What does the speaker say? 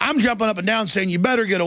i'm jumping up and down saying you better get